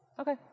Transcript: Okay